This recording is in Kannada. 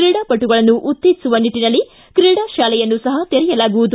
ಕ್ರೀಡಾ ಪಟುಗಳನ್ನು ಉತ್ತೇಜಿಸುವ ನಿಟ್ಟನಲ್ಲಿ ಕ್ರೀಡಾ ಶಾಲೆಯನ್ನು ಸಹ ತೆರೆಯಲಾಗುವುದು